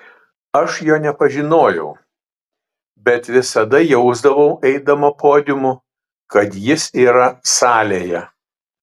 aš jo nepažinojau bet visada jausdavau eidama podiumu kad jis yra salėje